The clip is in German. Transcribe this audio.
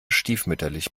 stiefmütterlich